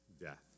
death